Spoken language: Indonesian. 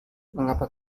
mengapa